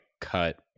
cut